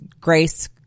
grace